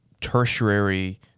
tertiary